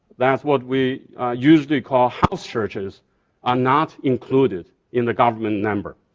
that's what we usually call house churches are not included in the government number.